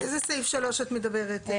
איזה סעיף (3) את מדברת?